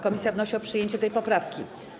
Komisja wnosi o przyjęcie tej poprawki.